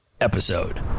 episode